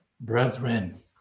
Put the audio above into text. Brethren